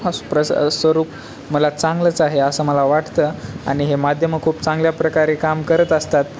प्रस स्वरूप मला चांगलंच आहे असं मला वाटतं आणि हे माध्यम खूप चांगल्या प्रकारे काम करत असतात